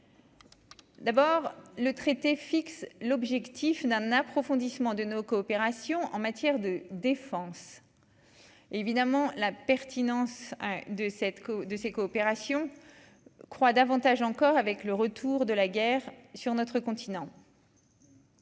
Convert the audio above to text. D'abord le traité fixe l'objectif d'un approfondissement de nos coopérations en matière de défense évidemment la pertinence de cette co-de ces coopérations croit davantage encore avec le retour de la guerre, sur notre continent,